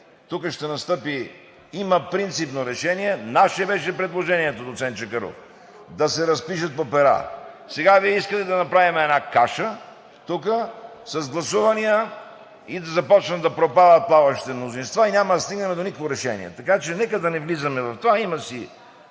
аз Ви обясних – има принципно решение. Наше беше предложението, доцент Чакъров, да се разпишат по пера. Сега Вие искате тук да направим каша с гласуванията, да започнат да пропадат плаващите мнозинства и няма да стигнем до никакво решение. Така че нека да не влизаме в това. Има си